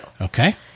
Okay